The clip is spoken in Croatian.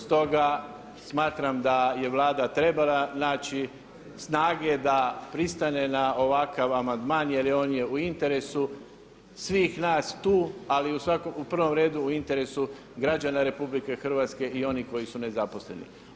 Stoga smatram da je Vlada trebala naći snage da pristane na ovakav amandman jer on je u interesu svih nas tu ali u prvom redu građana RH i onih koji su nezaposleni.